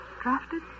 Drafted